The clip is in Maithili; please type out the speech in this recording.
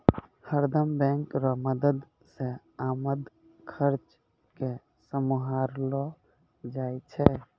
हरदम बैंक रो मदद से आमद खर्चा के सम्हारलो जाय छै